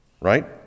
Right